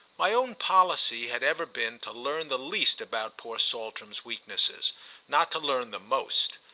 my own policy had ever been to learn the least about poor saltram's weaknesses not to learn the most.